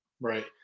right